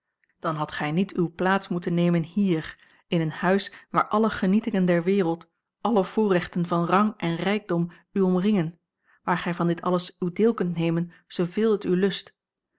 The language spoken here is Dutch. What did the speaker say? dan hadt gij niet uwe plaats moeten nemen hier in een huis waar alle genietingen der wereld alle voorrechten van rang en rijkdom u omringen waar gij van dit alles uw deel kunt nemen zooveel het u lust